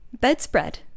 bedspread